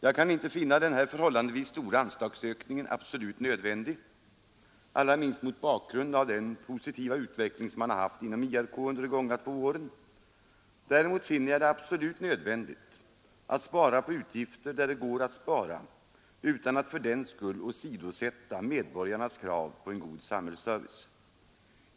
Jag kan inte finna denna förhållandevis stora anslagshöjning absolut nödvändig, allra minst mot bakgrunden av den positiva utveckling verksamheten haft inom IRK under de senaste två åren. Däremot finner jag det absolut nödvändigt att spara på utgifter, där det går att spara utan att fördenskull åsidosätta medborgarnas krav på en god samhällsservice.